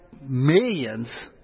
millions